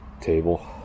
Table